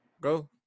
Go